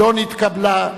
לא נתקבלה.